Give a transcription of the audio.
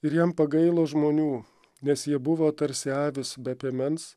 ir jam pagailo žmonių nes jie buvo tarsi avys be piemens